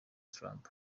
trump